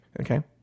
Okay